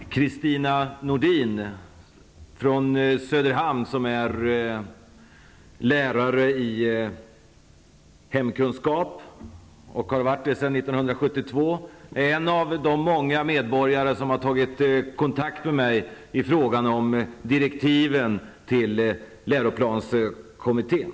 Herr talman! Kristina Nordin från Söderhamn, som är lärare i hemkunskap och har varit det sedan 1972, är en av de många medborgare som har tagit kontakt med mig i frågan om direktiven till läroplanskommittén.